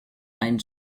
einen